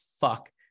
fuck